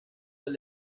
del